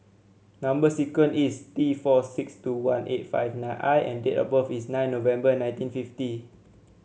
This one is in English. number sequence is T four six two one eight five nine I and date of birth is nine November nineteen fifty